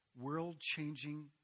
world-changing